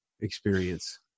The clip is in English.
experience